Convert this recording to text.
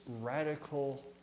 radical